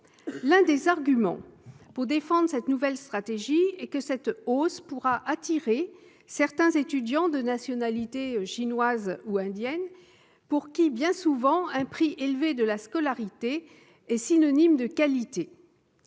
L'un des arguments pour défendre cette nouvelle stratégie est que la hausse pourra attirer certains étudiants de nationalité chinoise ou indienne, pour qui bien souvent un prix élevé de la scolarité est Vous évoquez,